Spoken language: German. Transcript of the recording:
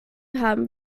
haben